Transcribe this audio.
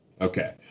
okay